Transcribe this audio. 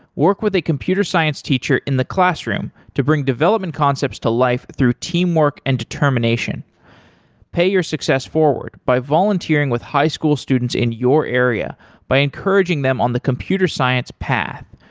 work with a computer science teacher in the classroom to bring development concepts to life through teamwork and determination pay your success forward by volunteering with high school students in your area by encouraging them on the computer science path.